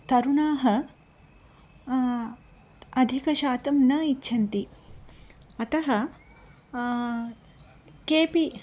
तरुणाः अधिकशतं न इच्छन्ति अतः केपि